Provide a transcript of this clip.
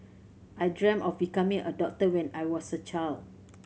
I dreamt of becoming a doctor when I was a child